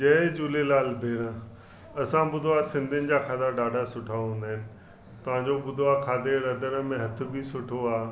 जय झूलेलाल भेण असां ॿुधो आहे सिंधीनि जा खाधा ॾाढा सुठा हूंदा आहिनि तव्हांजो ॿुधो आहे खाधे ऐं रधण में हथ बि सुठो आहे